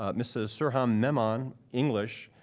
ah mrs. surhan memon, english.